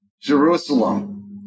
Jerusalem